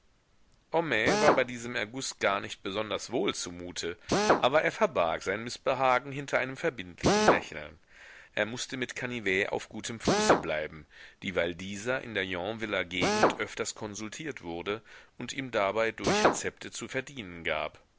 war bei diesem erguß gar nicht besonders wohl zumute aber er verbarg sein mißbehagen hinter einem verbindlichen lächeln er mußte mit canivet auf gutem fuße bleiben dieweil dieser in der yonviller gegend öfters konsultiert wurde und ihm dabei durch rezepte zu verdienen gab